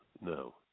No